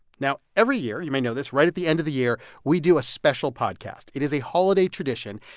now, every year you may know this right at the end of the year, we do a special podcast. it is a holiday tradition.